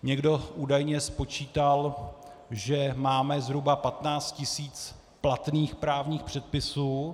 Někdo údajně spočítal, že máme zhruba 15 tisíc platných právních předpisů.